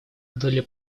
долли